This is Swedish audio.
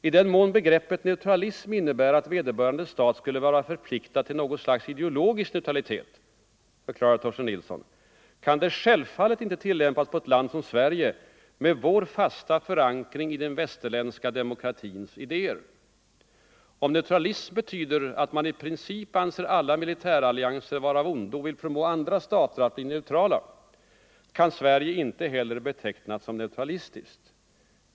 ”I den mån begreppet ”neutralism” innebär, att vederbörande stat skulle vara förpliktad till något slags ideologisk neutralitet”, förklarade Torsten Nilsson, ”kan det självfallet inte tillämpas på ett land som Sverige, med vår fasta förankring i den västerländska demokratins idéer. Om ”neutralism” betyder, att man i princip anser alla militärallianser vara av ondo och vill förmå andra stater att bli neutrala, kan Sverige inte heller betecknas som ”neutralistiskt”.